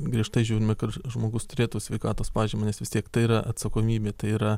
griežtai žiūrime žmogus turėtų sveikatos pažymą nes vis tiek tai yra atsakomybė tai yra